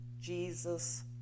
Jesus